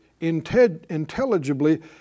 intelligibly